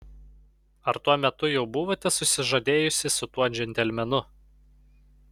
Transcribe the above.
ar tuo metu jau buvote susižadėjusi su tuo džentelmenu